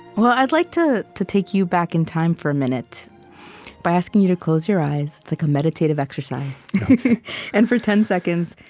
well, i'd like to to take you back in time for a minute by asking you to close your eyes it's like a meditative exercise and for ten seconds,